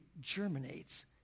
germinates